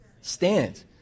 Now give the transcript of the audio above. stand